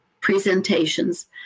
presentations